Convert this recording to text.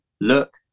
look